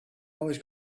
always